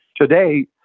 Today